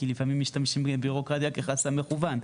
כי לפעמים משתמשים בבירוקרטיה כחסם מכוון.